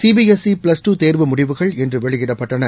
C B S E plus two தோ்வு முடிவுகள் இன்று வெளியிடப்பட்டன